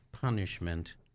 punishment